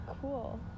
Cool